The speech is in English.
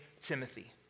Timothy